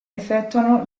effettuano